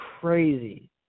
crazy